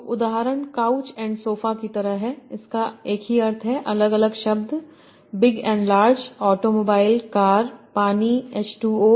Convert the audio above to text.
तो उदाहरण couch and sofa की तरह हैं इनका एक ही अर्थ है अलग अलग शब्द big and large automobile car पानी एच 2 ओ